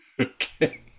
Okay